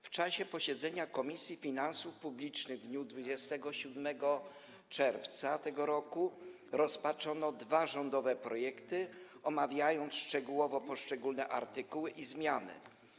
W czasie posiedzenia Komisji Finansów Publicznych w dniu 27 czerwca br. rozpatrzono dwa rządowe projekty, omawiając szczegółowo poszczególne artykuły i zmiany.